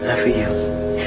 ah for you.